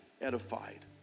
edified